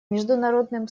международным